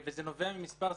וזה נובע ממספר סיבות,